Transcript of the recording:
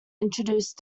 introduced